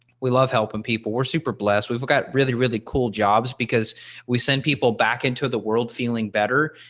we love to help and people were super blessed, we've got really really cool jobs because we send people back into the world feeling better.